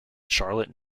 charlotte